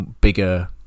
bigger